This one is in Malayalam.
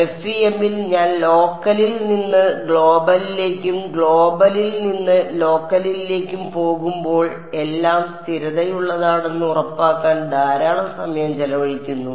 അതിനാൽ FEM ൽ ഞാൻ ലോക്കലിൽ നിന്ന് ഗ്ലോബലിലേക്കും ഗ്ലോബലിൽ നിന്ന് ലോക്കലിലേക്കും പോകുമ്പോൾ എല്ലാം സ്ഥിരതയുള്ളതാണെന്ന് ഉറപ്പാക്കാൻ ധാരാളം സമയം ചെലവഴിക്കുന്നു